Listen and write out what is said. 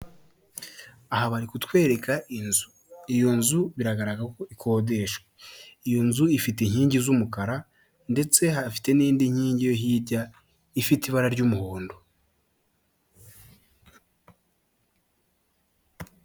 Aha bari kutwereka inzu, iyo nzu biragaragara ko ikodesha, iyo nzu ifite inkingi z'umukara ndetse hafite n'indi nkingi hirya ifite ibara ry'umuhondo.